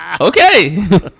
Okay